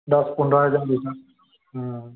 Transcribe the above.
দহ পোন্ধৰ হেজাৰৰ ভিতৰত